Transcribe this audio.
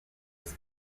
its